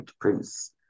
Prince